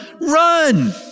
Run